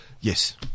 yes